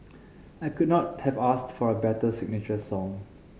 I could not have asked for a better signature song